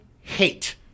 hate